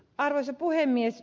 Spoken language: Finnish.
arvoisa puhemies